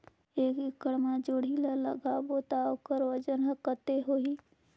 एक एकड़ मा जोणी ला लगाबो ता ओकर वजन हर कते होही?